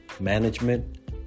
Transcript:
management